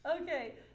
Okay